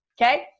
okay